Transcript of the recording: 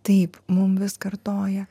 taip mum vis kartoja